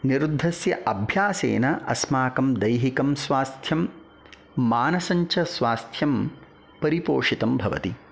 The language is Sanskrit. निरुद्धस्य अभ्यासेन अस्माकं दैहिकं स्वास्थ्यं मानसञ्च स्वास्थ्यं परिपोषितं भवति